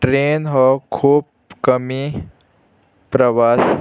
train हो खूब कमी प्रवास